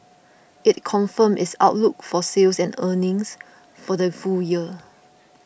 it confirmed its outlook for sales and earnings for the full year